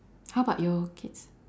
how about your kids